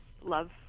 love